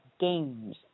Games